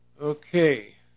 Okay